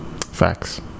Facts